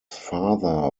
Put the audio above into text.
father